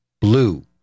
blue